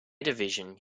division